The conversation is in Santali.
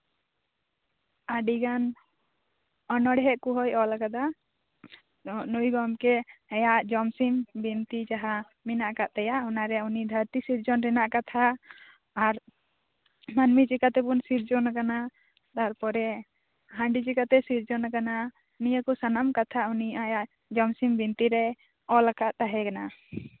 ᱟᱹᱰᱤ ᱜᱟᱱ ᱚᱱᱚᱬᱦᱮᱸ ᱠᱚᱸᱦᱚᱭ ᱟᱞ ᱟᱠᱟᱫᱟ ᱱᱩᱭ ᱜᱚᱝᱠᱮ ᱟᱭᱟᱜ ᱡᱚᱢᱥᱤᱢ ᱵᱤᱱᱛᱤ ᱡᱟᱦᱟᱸ ᱢᱮᱱᱟᱜ ᱟᱠᱟᱫ ᱛᱟᱭᱟ ᱚᱱᱟᱨᱮ ᱩᱱᱤ ᱫᱷᱟᱨᱛᱤ ᱥᱤᱨᱡᱚᱱ ᱨᱮᱭᱟᱜ ᱠᱟᱛᱷᱟ ᱟᱨ ᱢᱟᱹᱱᱢᱤ ᱪᱮᱠᱟᱹᱛᱮᱵᱚᱱ ᱥᱤᱨᱡᱚᱱ ᱟᱠᱟᱱᱟ ᱛᱟᱨᱯᱚᱨᱮ ᱦᱟᱺᱰᱤ ᱪᱮᱠᱟᱹᱛᱮ ᱥᱤᱨᱡᱚᱱ ᱟᱠᱟᱱᱟ ᱱᱤᱭᱟᱹ ᱠᱚ ᱥᱟᱱᱟᱢ ᱠᱟᱛᱷᱟ ᱩᱱᱤ ᱟᱭᱟᱜ ᱡᱚᱢᱥᱤᱢ ᱵᱤᱱᱛᱤ ᱨᱮ ᱚᱞᱟᱠᱟᱫ ᱛᱟᱦᱮᱸᱠᱟᱱᱟ